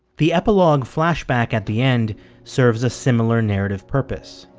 the epilogue flashback at the end serves a similar narrative purpose.